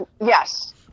Yes